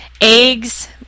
Eggs